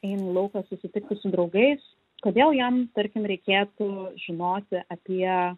eina į lauką susitikti su draugais kodėl jam tarkim reikėtų žinoti apie